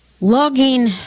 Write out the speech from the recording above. Logging